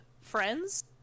friends